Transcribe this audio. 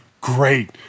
great